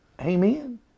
Amen